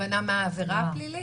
הכוונה מה העבירה הפלילית?